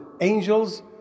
angels